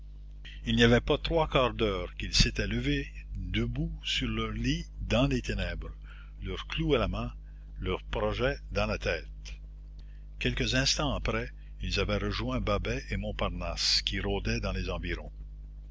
il n'y avait pas trois quarts d'heure qu'ils s'étaient levés debout sur leurs lits dans les ténèbres leur clou à la main leur projet dans la tête quelques instants après ils avaient rejoint babet et montparnasse qui rôdaient dans les environs